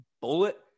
bullet